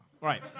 Right